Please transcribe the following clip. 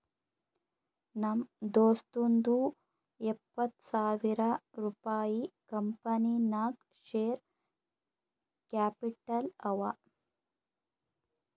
ನಮ್ ದೋಸ್ತುಂದೂ ಎಪ್ಪತ್ತ್ ಸಾವಿರ ರುಪಾಯಿ ಕಂಪನಿ ನಾಗ್ ಶೇರ್ ಕ್ಯಾಪಿಟಲ್ ಅವ